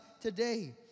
today